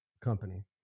company